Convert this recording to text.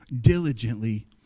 diligently